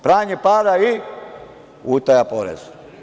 Pranje para i utaja poreza.